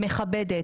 מכבדת.